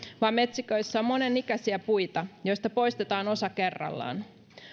vaan metsiköissä on monenikäisiä puita joista poistetaan osa kerrallaan